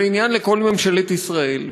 זה עניין לכל ממשלת ישראל.